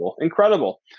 Incredible